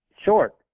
short